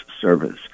service